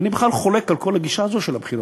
אני בכלל חולק על כל הגישה הזאת של הבחירות.